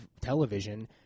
television